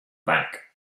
bank